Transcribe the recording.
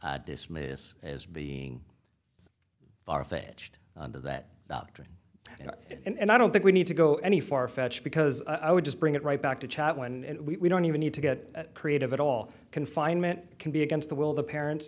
dismiss as being far fetched that doctoring and i don't think we need to go any far fetched because i would just bring it right back to chad when we don't even need to get creative at all confinement can be against the will the parent